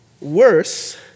Worse